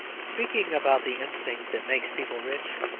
speaking about the instinct that makes people rich,